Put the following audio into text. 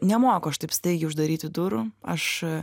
nemoku aš taip staigiai uždaryti durų aš